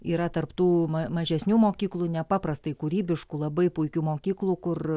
yra tarp tų mažesnių mokyklų nepaprastai kūrybiškų labai puikių mokyklų kur